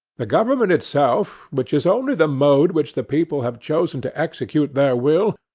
the government itself, which is only the mode which the people have chosen to execute their will,